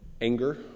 anger